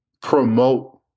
promote